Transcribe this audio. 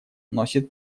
носит